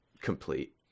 complete